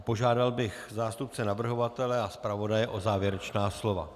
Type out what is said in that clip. Požádal bych zástupce navrhovatele a zpravodaje o závěrečná slova.